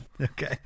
okay